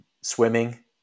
swimming